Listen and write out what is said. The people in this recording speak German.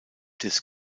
des